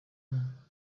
them